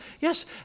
Yes